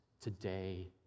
today